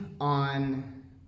on